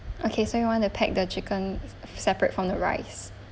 okay so you want to pack the chicken separate from the rice